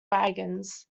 wagons